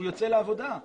הוא יוצא לעבודה.